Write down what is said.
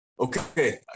Okay